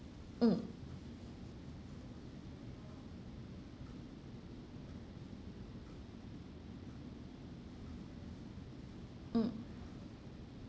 mm mm